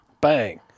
Bang